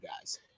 guys